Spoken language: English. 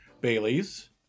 Bailey's